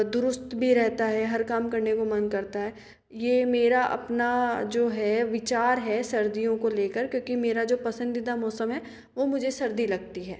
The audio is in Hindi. दुरुस्त भी रहता है हर काम करने में मन करता है ये मेरा अपना जो है विचार है सर्दियों को लेकर क्योंकि मेरा जो पसंदीदा मौसम है वो मुझे सर्दी लगती है